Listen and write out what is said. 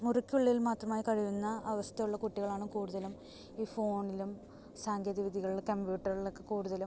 മുറിയ്ക്കുള്ളിൽ മാത്രമായി കഴിയുന്ന അവസ്ഥ ഉള്ള കുട്ടികളാണ് കൂടുതലും ഈ ഫോണിലും സാങ്കേതിക വിദ്യകളിൽ കമ്പ്യൂട്ടറുകളിലൊക്കെ കൂടുതലും